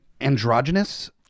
androgynous